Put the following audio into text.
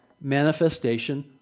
manifestation